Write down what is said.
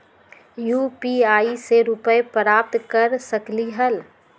UPI से रुपए प्राप्त कर सकलीहल?